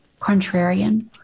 contrarian